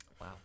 wow